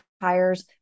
hires